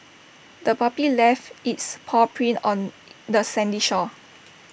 the puppy left its paw prints on the sandy shore